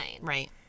Right